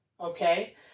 Okay